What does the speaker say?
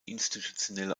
institutionelle